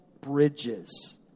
bridges